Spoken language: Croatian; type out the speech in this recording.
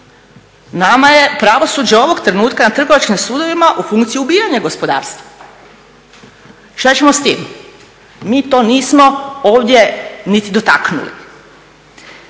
Nama je pravosuđe ovog trenutka na trgovačkim sudovima u funkciji ubijanja gospodarstva. Što ćemo s tim? Mi to nismo ovdje niti dotaknuli.